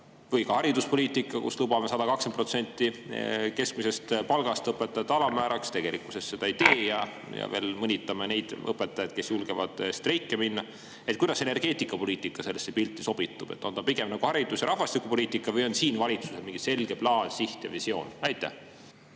ära. Ka hariduspoliitikas: seal lubati 120% keskmisest palgast õpetajate alammääraks, tegelikkuses seda ei tehta ja veel mõnitatakse neid õpetajaid, kes julgevad streikima minna. Kuidas energeetikapoliitika sellesse pilti sobitub? On see pigem nagu haridus- ja rahvastikupoliitika või on siin valitsusel mingi selge plaan, siht ja visioon? Aitäh,